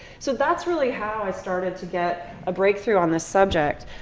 so that's really how i started to get a breakthrough on this subject.